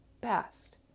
best